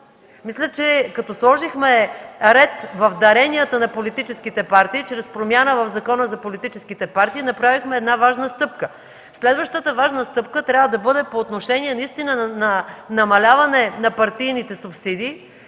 Мисля, че като сложихме ред в даренията на политическите партии чрез промяна в Закона за политическите партии, направихме важна стъпка. Следващата важна стъпка трябва да бъде по отношение на намаляване на партийните субсидии,